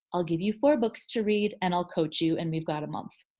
i'll give you four books to read and i'll coach you and we've got a month.